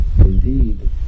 Indeed